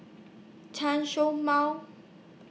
Chen Show Mao